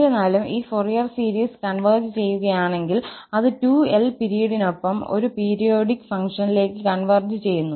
എന്നിരുന്നാലും ഈ Fourier series converge ചെയ്യുകയാണെങ്കിൽ അത് 2𝑙 പിരീഡിനൊപ്പം ഒരു പീരിയോഡിക് ഫംഗ്ഷനിലേക്ക് കൺവെർജ് ചെയ്യുന്നു